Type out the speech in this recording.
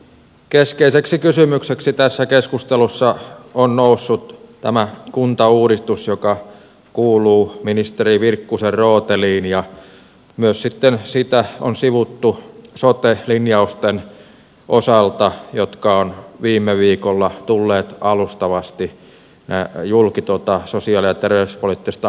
keskeiseksi kysymykseksi tässä keskustelussa on noussut tämä kuntauudistus joka kuuluu ministeri virkkusen rooteliin ja myös sitä on sivuttu sote linjausten osalta jotka ovat viime viikolla tulleet alustavasti julki sosiaali ja terveyspoliittisesta ministerityöryhmästä